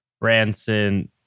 Branson